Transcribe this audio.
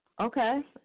Okay